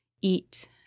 eat